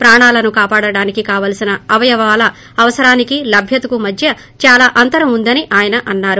ప్రాణాలను కాపాడటానికి కావాల్పిన అవయవాల అవసరానికి లభ్యతకు మధ్య చాలా అంతరం ఉందని ఆయన అన్నారు